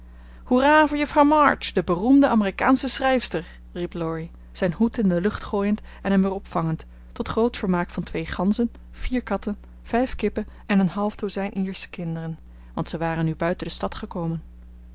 hoera voor juffrouw march de beroemde amerikaansche schrijfster riep laurie zijn hoed in de lucht gooiend en hem weer opvangend tot groot vermaak van twee ganzen vier katten vijf kippen en een half dozijn iersche kinderen want ze waren nu buiten de stad gekomen